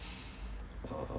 uh